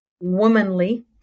womanly